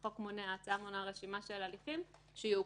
ההצעה מונה רשימה של הליכים שיעוכבו.